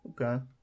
okay